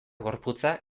gorputza